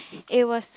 it was